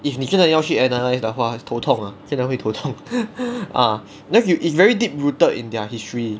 if 你真的要去 analyse 的话头痛 ah 真的会头痛 ah because you it's very deep rooted in their history